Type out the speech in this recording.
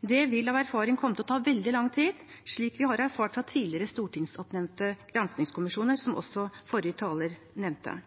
Det vil av erfaring komme til å ta veldig lang tid, slik vi har erfart fra tidligere stortingsoppnevnte granskingskommisjoner, som også forrige taler nevnte.